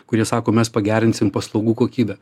kurie sako mes pagerinsim paslaugų kokybę